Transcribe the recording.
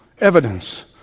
evidence